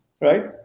right